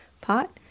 pot